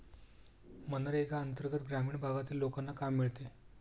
मनरेगा अंतर्गत ग्रामीण भागातील लोकांना काम मिळते